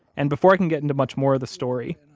and before i can get into much more of the story,